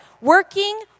Working